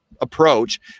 approach